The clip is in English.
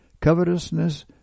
covetousness